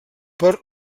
per